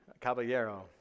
Caballero